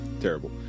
terrible